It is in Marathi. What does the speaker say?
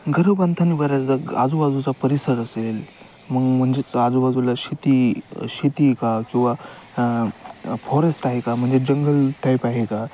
घरं बांधताना बऱ्याचदा आजूबाजूचा परिसर असेल मग म्हणजेच आजूबाजूला शेती शेती का किंवा फॉरेस्ट आहे का म्हणजे जंगल टाईप आहे का